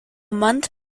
month